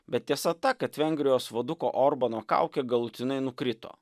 bet tiesa ta kad vengrijos vaduko orbano kaukė galutinai nukrito